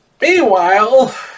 Meanwhile